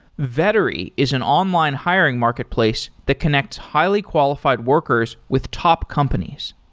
vettery is an online hiring marketplace to connect highly-qualified workers with top companies.